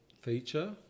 feature